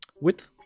width